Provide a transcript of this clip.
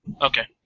Okay